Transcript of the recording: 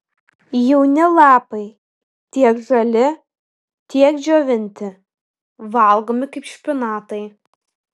jauni lapai tiek žali tiek džiovinti valgomi kaip špinatai